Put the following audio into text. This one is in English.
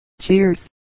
Cheers